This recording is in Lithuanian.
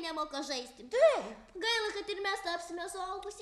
nemoka žaisti taip gaila kad ir mes tapsime suaugusiais